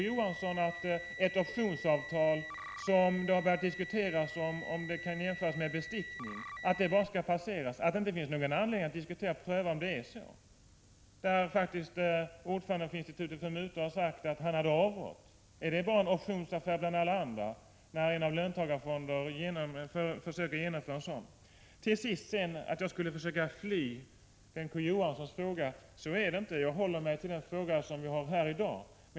19 februari 1987 Johansson att ett optionsavtal — och i detta sammanhang har man ju börjat diskutera om det kan jämföras med bestickning — bara skall passera, att det inte finns någon anledning att pröva hur det förhåller sig? Ordföranden för Institutet mot mutor har ju faktiskt sagt att han har avrått. Är det således bara en optionsaffär bland alla andra när en löntagarfond försöker genomföra någonting sådant här? Till sist: Det är inte så, att jag försöker fly undan Bengt K. Å. Johanssons fråga. Men jag håller mig till den fråga som har tagits upp här i dag.